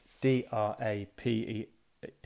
D-R-A-P-E